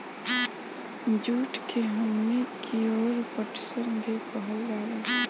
जुट के हमनी कियोर पटसन भी कहल जाला